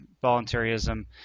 voluntarism